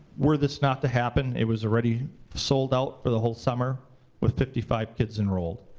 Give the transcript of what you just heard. were this not to happen, it was already sold out for the whole summer with fifty five kids enrolled.